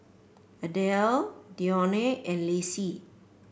Adell Dionne and Lacy